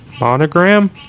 monogram